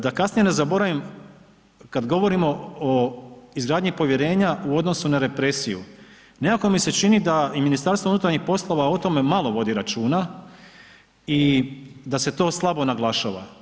Da kasnije ne zaboravim, kad govorimo o izgradnji povjerenja u odnosu na represiju, nekako mi se čini da i MUP o tome malo vodi računa i da se to slabo naglašava.